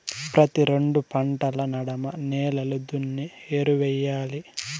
ప్రతి రెండు పంటల నడమ నేలలు దున్ని ఎరువెయ్యాలి